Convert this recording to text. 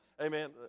Amen